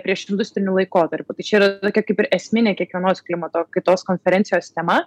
priešindustriniu laikotarpiu tai čia yra tokia kaip ir esminė kiekvienos klimato kaitos konferencijos tema